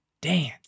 dance